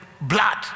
blood